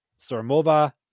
Sormova